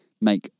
make